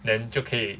then 就可以